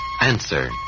Answer